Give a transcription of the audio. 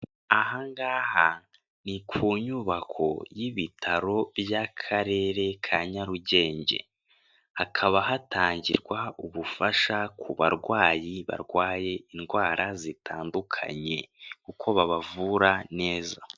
Ahangaha ni ku nyubako y'ibitaro by'akarere ka Nyarugenge hakaba hatangirwa ubufasha ku barwayi barwaye indwara zitandukanye kuko babavura neza.